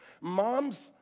Moms